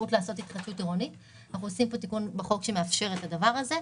אנחנו עושים תיקון בחוק שיאפשר את הדבר הזה.